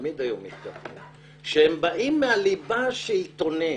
תמיד היו מתקפות שהן באות מהליבה השלטונית,